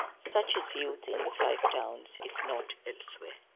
such is youth in the five towns, if not elsewhere.